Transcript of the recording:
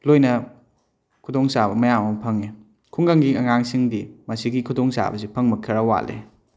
ꯂꯣꯏꯅ ꯈꯨꯗꯣꯡ ꯆꯥꯕ ꯃꯌꯥꯝ ꯑꯃ ꯐꯪꯏ ꯈꯨꯡꯒꯪꯒꯤ ꯑꯉꯥꯡꯁꯤꯡꯗꯤ ꯃꯁꯤꯒꯤ ꯈꯨꯗꯣꯡ ꯆꯥꯕꯁꯤ ꯐꯪꯕ ꯈꯔ ꯋꯥꯇꯂꯤ